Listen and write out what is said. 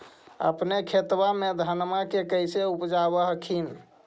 अपने खेतबा मे धन्मा के कैसे उपजाब हखिन?